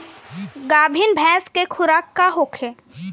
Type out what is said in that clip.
गाभिन भैंस के खुराक का होखे?